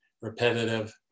repetitive